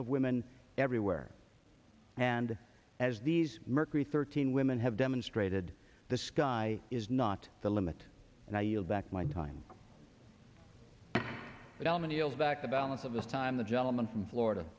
of women everywhere and as these mercury thirteen women have demonstrated the sky is not the limit now you'll back my time but elementals back the balance of the time the gentleman from florida